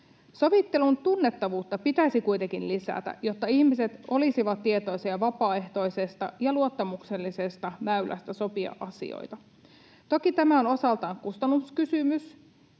Sovittelun tunnettavuutta pitäisi kuitenkin lisätä, jotta ihmiset olisivat tietoisia vapaaehtoisesta ja luottamuksellisesta väylästä sopia asioita. Toki tämä on osaltaan kustannuskysymys,